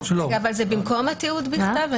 זה במקום התיעוד בכתב?